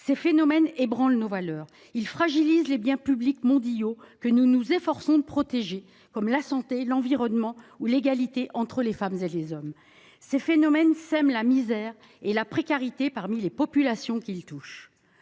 Ces phénomènes ébranlent nos valeurs, fragilisent les biens publics mondiaux que nous nous efforçons de protéger, comme la santé, l’environnement ou l’égalité entre les femmes et les hommes, et sèment la misère et la précarité parmi les populations qu’ils touchent.